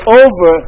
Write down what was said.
over